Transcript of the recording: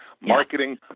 marketing